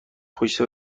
پشت